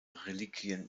reliquien